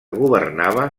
governava